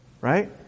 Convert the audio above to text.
Right